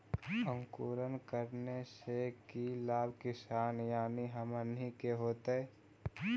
अंकुरण करने से की लाभ किसान यानी हमनि के होतय?